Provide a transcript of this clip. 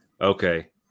okay